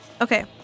Okay